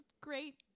great